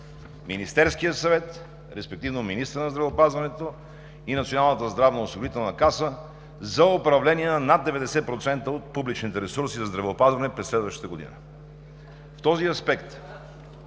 Министерският съвет, респективно министърът на здравеопазването и Националната здравноосигурителна каса за управление на над 90% от публичните ресурси за здравеопазване през следващата година. В този аспект